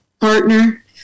partner